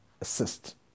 assist